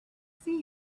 see